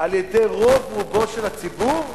על-ידי רוב רובו של הציבור.